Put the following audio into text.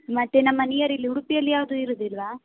ಮತ್ತು ನಮ್ಮ ನಿಯರ್ ಇಲ್ಲಿ ಉಡುಪಿಯಲ್ಲಿ ಯಾವುದು ಇರೋದಿಲ್ಲಾ